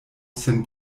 sen